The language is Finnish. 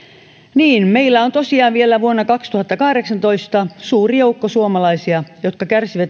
niin meillä on tosiaan vielä vuonna kaksituhattakahdeksantoista suuri joukko suomalaisia jotka kärsivät